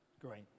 great